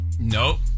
Nope